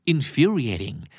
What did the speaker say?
Infuriating